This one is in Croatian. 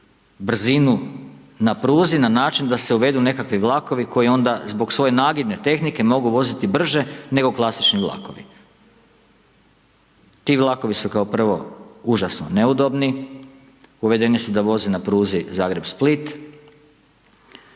brzinu na pruzi na način da se uvedu nekakvi vlakovi koji onda zbog svoje nagibne tehnike mogu voziti brže nego klasični vlakovi. Ti vlakovi su kao prvo užasno neudobni, uvedeni su da voze na pruzi Zagreb-Split.